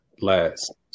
last